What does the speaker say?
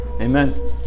Amen